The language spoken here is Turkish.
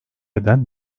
eden